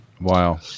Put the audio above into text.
Wow